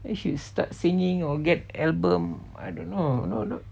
they should start singing or get album I don't know you know